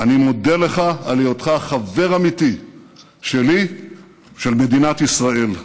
אני מודה לך על היותך חבר אמיתי שלי ושל מדינת ישראל.